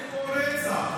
רצח.